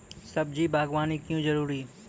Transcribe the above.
सब्जी बागवानी क्यो जरूरी?